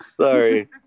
Sorry